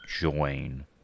join